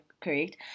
correct